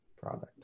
product